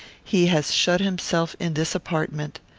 he has shut himself in this apartment.